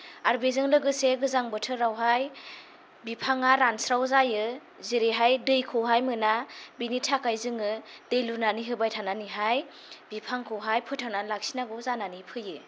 आरो बेजों लोगोसे गोजां बोथोरावहाय बिफांआ रानस्राव जायो जेरैहाय दैखौहाय मोना बिनि थाखाय जोङो दै लुनानै होबाय थानानैहाय बिफांखौहाय फोथांनानै लाखिनांगौ जानानै फैयो